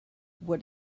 what